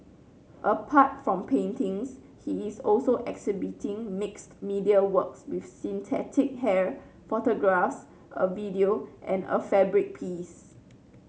apart from paintings he is also exhibiting mixed media works with synthetic hair photographs a video and a fabric piece